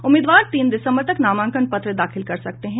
उम्मीदवार तीन दिसम्बर तक नामांकन पत्र दाखिल कर सकते हैं